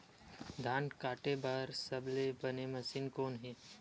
धान काटे बार सबले बने मशीन कोन हे?